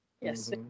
Yes